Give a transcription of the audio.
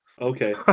okay